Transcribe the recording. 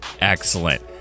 excellent